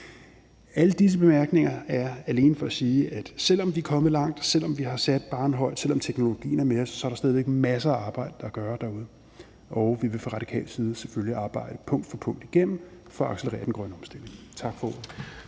Alle disse bemærkninger er alene for at sige, at selv om vi er kommet langt, selv om vi har sat barren højt, og selv om teknologien er med os, er der stadig masser af arbejde at gøre derude. Det vil vi fra radikal side selvfølgelig punkt for punkt arbejde på at få igennem for at accelerere den grønne omstilling. Tak for ordet.